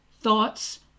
thoughts